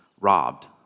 robbed